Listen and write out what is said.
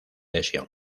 lesión